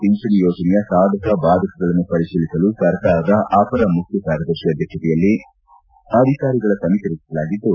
ಪಿಂಚಣಿ ಯೋಜನೆಯ ಸಾಧಕ ಭಾದಕಗಳನ್ನು ಪರಿಶೀಲಿಸಲು ಸರ್ಕಾರದ ಅಪರ ಮುಖ್ಖಕಾರ್ಯದರ್ಶಿ ಅಧ್ಯಕ್ಷತೆಯಲ್ಲಿ ಅಧಿಕಾರಿಗಳ ಸಮಿತಿ ರಚಿಸಲಾಗಿದ್ದು